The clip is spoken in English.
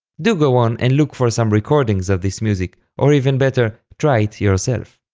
do go on and look for some recordings of this music, or even better, try it yourself.